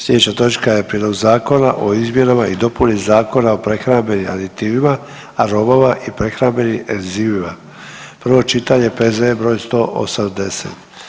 Slijedeća točka je: -Prijedlog zakona o izmjenama i dopuni Zakona o prehrambenim aditivima, aromama i prehrambenim enzimima, prvo čitanje, P.Z.E. br. 180.